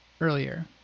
earlier